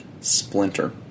Splinter